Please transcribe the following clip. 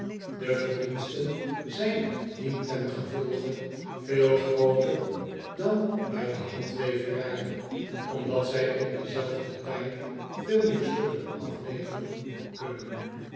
e verdiensten zijn dientengevolge veel grooter dan bij de handweverij omdat zij in denzelfden tijd veel meer stukken afleveren kunnen